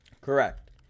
Correct